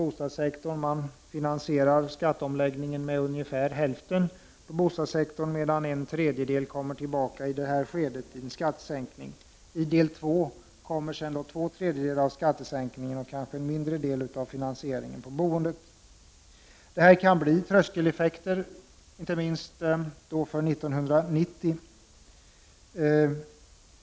Ungefär hälften av finansieringen för skatteomläggningen kommer från bostadssektorn, medan en tredjedel i det här skedet kommer tillbaka i form av en skattesänkning. I det andra steget av skattereformen kommer två tredjedelar av skattesänkningen, och kanske en mindre del av finansieringen än nu, att ligga på boendet. Detta kan innebära tröskeleffekter, inte minst för år 1990.